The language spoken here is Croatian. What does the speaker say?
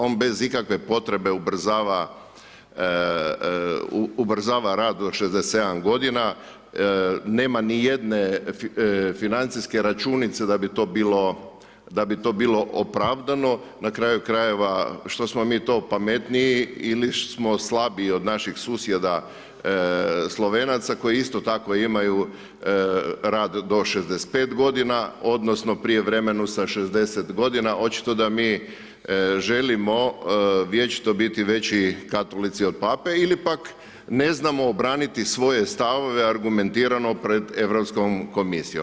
On bez ikakve potrebe ubrzava rad do 67 godina, nema nijedne financijske računice da bi to bilo opravdano, na kraju krajeva, što smo mi to pametniji ili smo slabiji od naših susjeda Slovenaca koji isto tako imaju rad do 65 godina odnosno prijevremenu sa 60 godina, očito da mi želimo vječito biti veći katolici od Pape ili pak, ne znamo obraniti svoje stavove argumentirano pred Europskom komisijom.